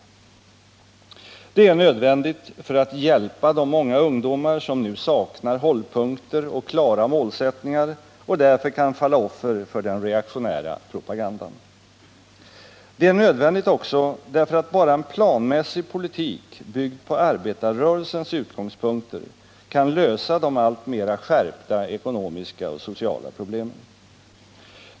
Det är nödvändigt för att hjälpa de många ungdomar som nu saknar hållpunkter och klara målsättningar och därför kan falla offer för den reaktionära propagandan. Det är nödvändigt också därför att bara en planmässig politik, byggd på arbetarrörelsens utgångspunkter, kan lösa de alltmera skärpta ekonomiska och sociala problemen.